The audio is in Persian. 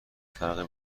فرق